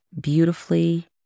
beautifully